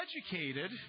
educated